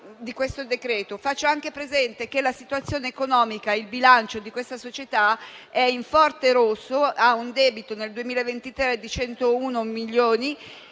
Faccio anche presente che la situazione economica e il bilancio di questa società sono fortemente in rosso, con un debito al 2023 di 101 milioni